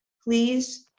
please,